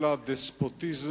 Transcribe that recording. אנחנו עדים לדספוטיזם,